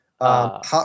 Hot